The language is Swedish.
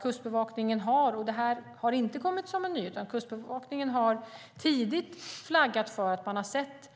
Kustbevakningen har - och det har inte kommit som en nyhet - tidigt flaggat för att man har sett